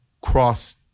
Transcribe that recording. cross